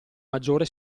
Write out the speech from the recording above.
maggiore